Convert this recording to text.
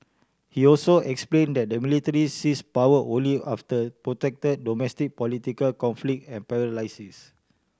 he also explained that the military seized power only after protracted domestic political conflict and paralysis